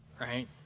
right